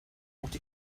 what